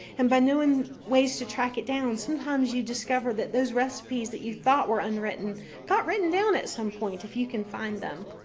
and by knowing ways to track it down, sometimes you discover that those recipes that you thought were unwritten got written down at some point if you can find them.